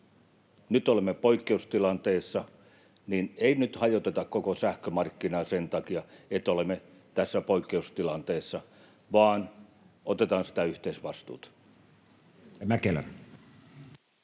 Nyt olemme poikkeustilanteessa. Ei nyt hajoteta koko sähkömarkkinaa sen takia, että olemme tässä poikkeustilanteessa, vaan otetaan sitä yhteisvastuuta. [Speech